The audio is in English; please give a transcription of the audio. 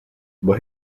but